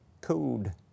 Code